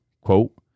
quote